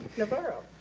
navarro.